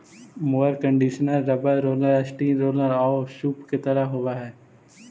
mower conditioner rubber roller, steel roller औउर सूप के तरह के होवऽ हई